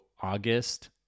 august